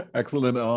excellent